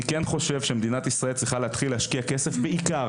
אני חושב שמדינת ישראל צריכה להתחיל להשקיע כסף בעיקר